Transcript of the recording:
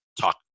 talk